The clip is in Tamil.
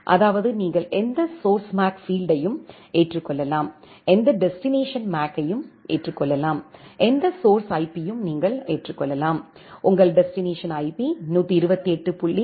அதாவது நீங்கள் எந்த சோர்ஸ் மேக் பீல்ட்யையும் ஏற்றுக்கொள்ளலாம் எந்த டெஸ்டினேஷன் மேக்யையும் ஏற்றுக்கொள்ளலாம் எந்த சோர்ஸ் ஐபியும் நீங்கள் ஏற்றுக் கொள்ளலாம் உங்கள் டெஸ்டினேஷன் ஐபி 128